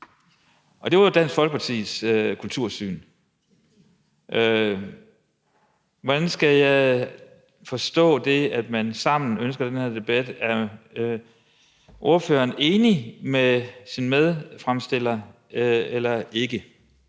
Det var Dansk Folkepartis kultursyn. Hvordan skal jeg forstå det, at man sammen ønsker den her debat? Er ordføreren enig med sin medforespørger eller ikke?